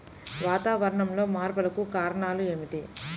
వాతావరణంలో మార్పులకు కారణాలు ఏమిటి?